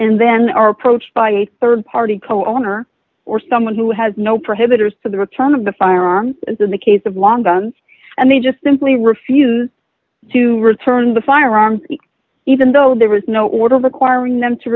and then are approached by a rd party co author or someone who has no prohibitive for the return of the firearm as in the case of long guns and they just simply refuse to return the firearms even though there was no order requiring them to